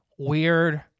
Weird